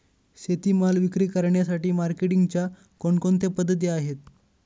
शेतीमाल विक्री करण्यासाठी मार्केटिंगच्या कोणकोणत्या पद्धती आहेत?